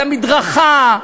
למדרכה,